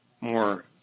more